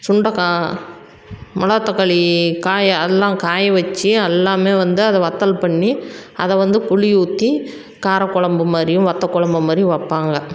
சுண்டைக்கா மணத்தக்காளி காயை எல்லாம் காய வச்சு எல்லாமே வந்து அதை வற்றல் பண்ணி அதை வந்து புளி ஊற்றி காரக் கொழம்பு மாதிரியும் வத்த கொழம்பு மாதிரியும் வைப்பாங்க